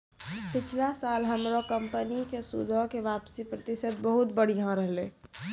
पिछला साल हमरो कंपनी के सूदो के वापसी प्रतिशत बहुते बढ़िया रहलै